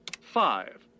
five